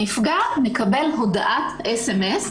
הנפגע מקבל בטלפון הודעת SMS,